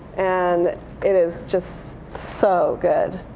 and it is just so good.